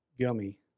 Gummy